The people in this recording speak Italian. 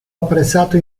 apprezzato